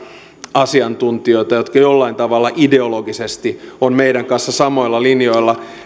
asiantuntijoita jotka jollain tavalla ideologisesti ovat meidän kanssamme samoilla linjoilla